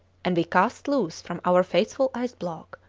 and we cast loose from our faithful ice-block,